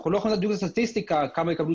אנחנו לא יכולים להגיע סטטיסטיקה כמה יקבלו